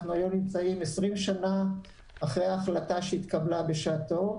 אנחנו היום נמצאים 20 שנים אחרי ההחלטה שהתקבלה בשעתו.